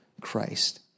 Christ